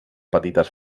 petites